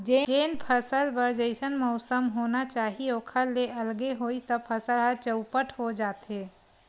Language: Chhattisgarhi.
जेन फसल बर जइसन मउसम होना चाही ओखर ले अलगे होइस त फसल ह चउपट हो जाथे